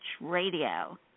Radio